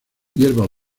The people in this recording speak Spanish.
hierba